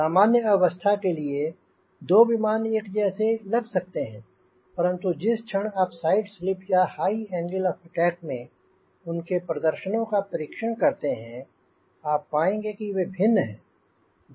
सामान्य अवस्थाओं के लिए दो विमान एक जैसे लग सकते हैं परंतु जिस क्षण आप साइड स्लिप या हाय एंगल ऑफ़ अटैक में उनके प्रदर्शनों का परीक्षण करते हैं आप पाएंगे की वे भिन्न हैं